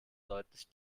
deutlich